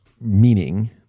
meaning